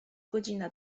godzina